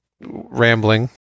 rambling